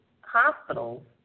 hospitals